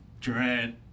Durant